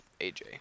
AJ